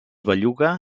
belluga